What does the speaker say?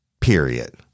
period